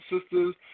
sisters